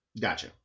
Gotcha